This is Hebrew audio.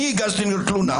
אני הגשתי נגדו תלונה.